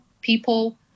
people